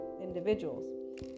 individuals